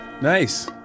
Nice